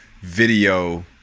video